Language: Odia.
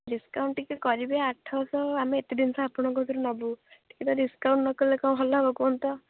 ଡିସ୍କାଉଣ୍ଟ୍ ଟିକେ କରିବେ ଆଠଶହ ଆମେ ଏତେ ଜିନିଷ ଆପଣଙ୍କ କତିରୁ ନେବୁ ଟିକେ ତ ଡିସ୍କାଉଣ୍ଟ୍ ନ କଲେ କ'ଣ ଭଲ ହେବ କୁହନ୍ତୁ ତ